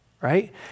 right